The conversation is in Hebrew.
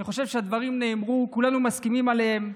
אני חושב שהדברים נאמרו, וכולנו מסכימים עליהם.